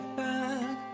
back